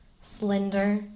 slender